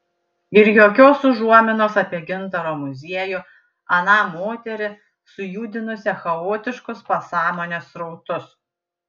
ir jokios užuominos apie gintaro muziejų aną moterį sujudinusią chaotiškus pasąmonės srautus